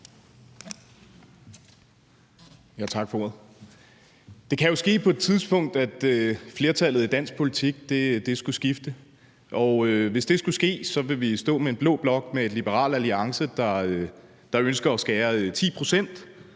Det kan jo ske på et tidspunkt, at flertallet i dansk politik skifter, og hvis det skulle ske, så vil vi stå med en blå blok med et Liberal Alliance, der ønsker at skære 10 pct.